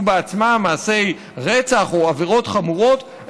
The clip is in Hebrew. בעצמם מעשי רצח או עבירות חמורות,